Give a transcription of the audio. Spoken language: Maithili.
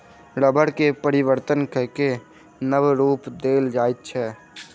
रबड़ के परिवर्तन कय के नब रूप देल जाइत अछि